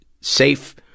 safe